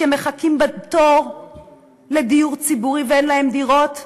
מחכים בתור לדיור ציבורי ואין להם דירות?